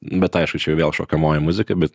bet aišku čia vėl šokamoji muzika bet